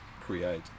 create